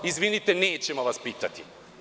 Izvinite, nećemo vas pitati.